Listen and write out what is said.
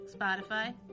Spotify